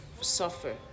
suffer